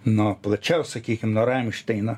nuo plačiau sakykim nuo ramšteino